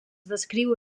descriu